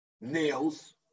nails